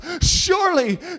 Surely